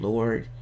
Lord